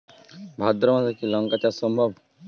ভাদ্র মাসে কি লঙ্কা চাষ সম্ভব?